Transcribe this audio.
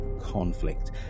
conflict